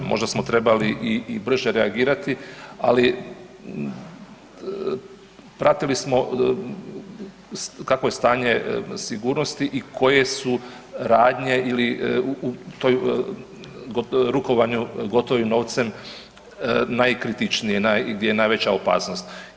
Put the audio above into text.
Možda smo trebali i brže reagirati, ali pratili smo kakvo je stanje sigurnosti i koje su radnje u rukovanju gotovim novcem najkritičnije, gdje je najveća opasnost.